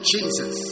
Jesus